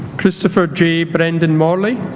christopher jay brendan morley